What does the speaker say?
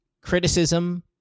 criticism